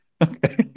Okay